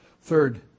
Third